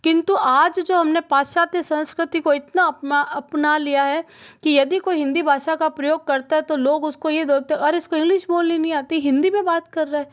किंतु आज जो हमने पाश्च्यत संस्कृति को इतना अपना लिया है की यदि कोई हिन्दी भाषा का प्रयोग करता है तो लोग उसको ये बोलते है अरे इसको इंगलिश बोलनी नहीं आती हिन्दी में बात कर रहा है